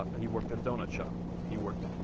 ah he worked at a doughnut shop he worked